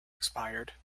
expired